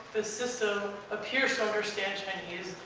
the system appears to understand chinese,